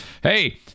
hey